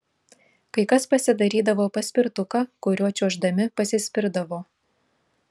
kai kas pasidarydavo paspirtuką kuriuo čiuoždami pasispirdavo